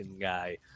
guy